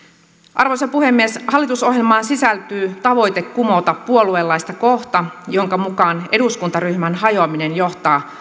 arvoisa puhemies hallitusohjelmaan sisältyy tavoite kumota puoluelaista kohta jonka mukaan eduskuntaryhmän hajoaminen johtaa